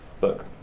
book